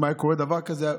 אם היה קורה דבר כזה,